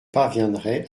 parviendrai